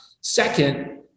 Second